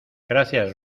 gracias